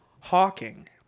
Hawking